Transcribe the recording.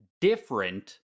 different